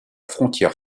frontière